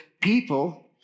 people